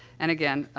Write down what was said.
and, again, ah,